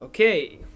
Okay